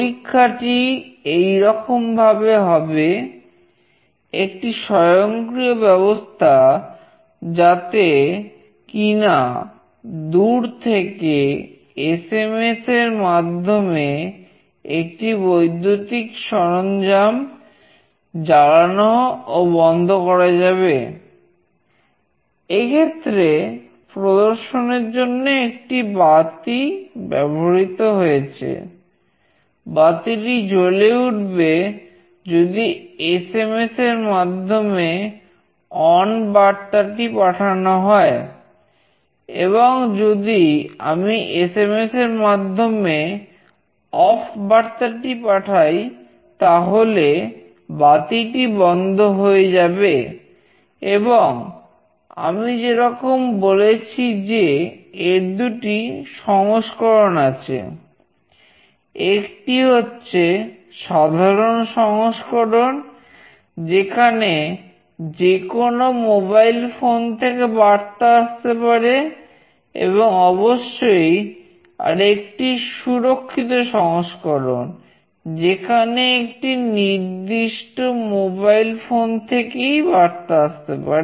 পরীক্ষাটি এইরকম ভাবে হবে একটি স্বয়ংক্রিয় ব্যবস্থা যাতে কিনা দূর থেকে এসএমএস থেকেই বার্তা আসতে পারে